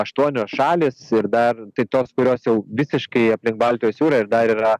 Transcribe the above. aštuonios šalys ir dar tai tos kurios jau visiškai aplink baltijos jūrą ir dar yra